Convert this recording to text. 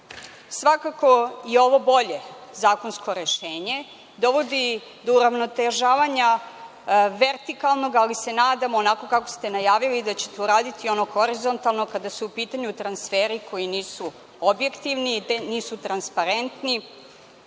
je ovo bolje zakonsko rešenje, dovodi do uravnotežavanja vertikalnog, ali se nadam, onako kako ste najavili, da ćete uraditi ono horizontalno kada su u pitanju transferi koji nisu objektivni, nisu transparentni